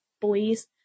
boys